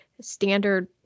standard